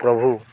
ପ୍ରଭୁ